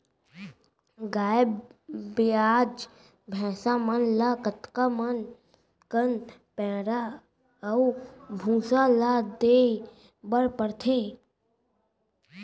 गाय ब्याज भैसा मन ल कतका कन पैरा अऊ भूसा ल देये बर पढ़थे?